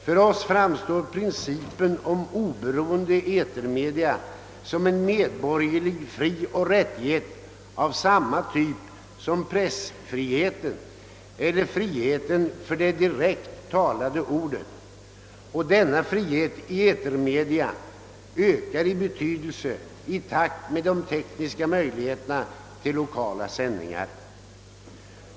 För oss framstår principen om oberoende etermedia som en medborgerlig frioch rättighet av samma typ som pressfriheten eller friheten för det direkt talade ordet. Denna frihet i etermedia ökar i bety delse i takt med de tekniska möjligheterna till lokala sändningar.